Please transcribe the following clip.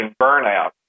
burnout